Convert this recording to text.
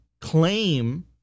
claim